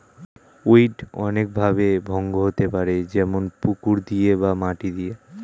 weed অনেক ভাবে ভঙ্গ হতে পারে যেমন পুকুর দিয়ে বা মাটি দিয়ে